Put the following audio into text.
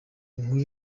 inkuru